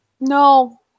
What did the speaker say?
No